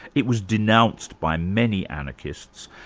it was denounced by many anarchists.